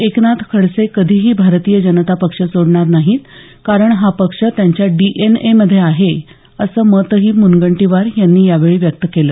एकनाथ खडसे कधीही भारतीय जनता पक्ष सोडणार नाहीत कारण हा पक्ष त्यांच्या डीएनए मध्ये आहे असं मतही मुनगंटीवार यांनी यावेळी व्यक्त केलं